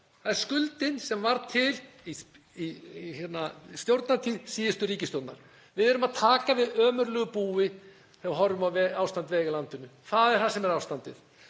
Það er skuldin sem varð til í stjórnartíð síðustu ríkisstjórnar. Við erum að taka við ömurlegu búi þegar við horfum á ástand vega í landinu. Þannig er ástandið.